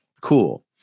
Cool